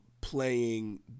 playing